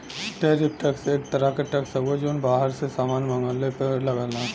tariff tax एक तरह क टैक्स हउवे जौन बाहर से सामान मंगवले पर लगला